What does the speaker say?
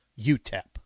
UTEP